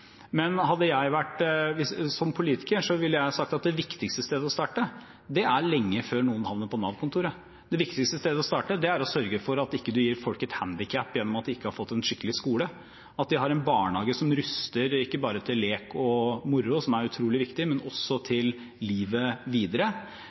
men som politiker ville jeg ha sagt at det viktigste stedet å starte er lenge før noen havner på Nav-kontoret. Det viktigste stedet å starte er å sørge for at man ikke gir folk et handikap gjennom at de ikke har fått en skikkelig skole, sørge for at de har en barnehage som ikke bare er lek og moro, som er utrolig viktig, men også